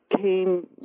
came